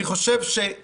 אני חושב שיש